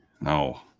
No